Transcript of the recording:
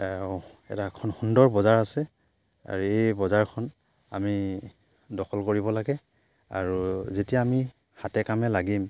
ইয়াতে এখন সুন্দৰ বজাৰ আছে আৰু এই বজাৰখন আমি দখল কৰিব লাগে আৰু যেতিয়া আমি হাতে কামে লাগিম